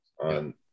on